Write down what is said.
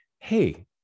hey